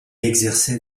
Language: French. exerçait